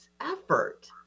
effort